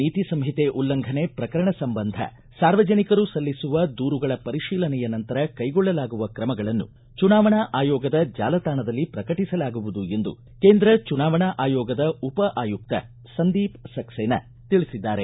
ನೀತಿ ಸಂಹಿತೆ ಉಲ್ಲಂಘನೆ ಪ್ರಕರಣ ಸಂಬಂಧ ಸಾರ್ವಜನಿಕರು ಸಲ್ಲಿಸುವ ದೂರುಗಳ ಪರಿಶೀಲನೆಯ ನಂತರ ಕೈಗೊಳ್ಳಲಾಗುವ ಕ್ರಮಗಳನ್ನು ಚುನಾವಣಾ ಆಯೋಗದ ಜಾಲತಾಣದಲ್ಲಿ ಪ್ರಕಟಿಸಲಾಗುವುದು ಎಂದು ಕೇಂದ್ರ ಚುನಾವಣಾ ಆಯೋಗದ ಉಪ ಆಯುಕ್ತರಾದ ಸಂದೀಪ್ ಸಕ್ಸೇನಾ ತಿಳಿಸಿದ್ದಾರೆ